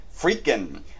Freaking